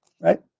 Right